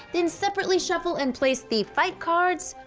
then separately shuffle and place the fight cards,